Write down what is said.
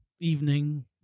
Evening